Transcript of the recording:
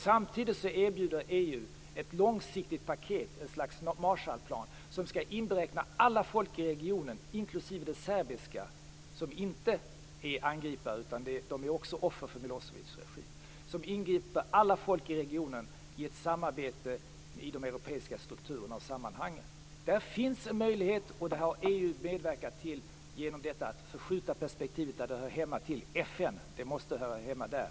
Samtidigt erbjuder EU ett långsiktigt paket, ett slags Marshallplan, som skall inberäkna alla folk i regionen - inklusive det serbiska, som inte är angripare; de är ju också offer för Milosevics regim - och som inbegriper alla folk i regionen i ett samarbete i de europeiska strukturerna och sammanhangen. Där finns en möjlighet och det här har EU medverkat till genom att förskjuta perspektivet till där det hör hemma, till FN; det måste höra hemma där.